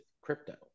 crypto